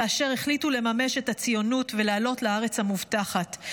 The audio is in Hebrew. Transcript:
כאשר החליטו לממש את הציונות ולעלות לארץ המובטחת,